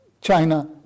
China